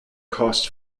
costs